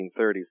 1930s